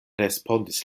respondis